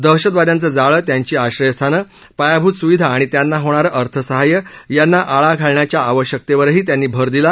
दहशतवाद्यांचं जाळं त्यांची आश्रयस्थानं पायाभूत सुविधा आणि त्यांना होणारं अर्थसाहाय्य यांना आळा घालण्याच्या आवश्यकतेवरही त्यांनी भर दिला